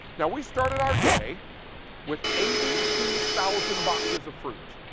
now we started our day with eighty two thousand boxes of fruit.